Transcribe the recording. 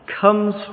comes